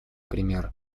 пример